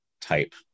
type